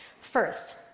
First